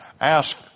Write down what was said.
ask